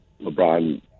LeBron